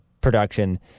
Production